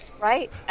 right